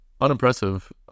unimpressive